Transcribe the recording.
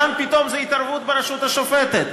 כאן פתאום זו התערבות ברשות השופטת.